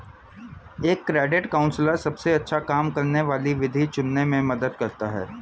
एक credit counsellor सबसे अच्छा काम करने वाली विधि चुनने में मदद करता है